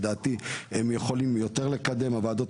לדעתי הם יכולים יותר לקדם בנושאים